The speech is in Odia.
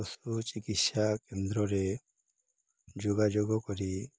ପଶୁ ଚିକିତ୍ସା କେନ୍ଦ୍ରରେ ଯୋଗାଯୋଗ କରି